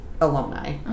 alumni